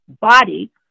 body